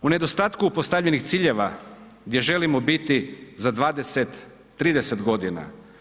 U nedostatku postavljenih ciljeva gdje želimo biti za 20, 30 godina.